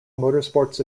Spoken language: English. motorsports